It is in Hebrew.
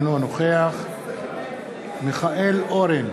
אינו נוכח מיכאל אורן,